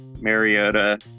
Mariota